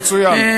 מצוין.